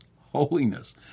holiness